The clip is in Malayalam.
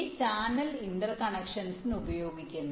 ഈ ചാനൽ ഇന്റർകണക്ഷൻസിന് ഉപയോഗിക്കുന്നു